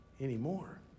anymore